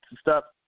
stop